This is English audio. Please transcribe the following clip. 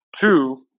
Two